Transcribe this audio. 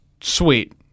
sweet